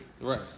Right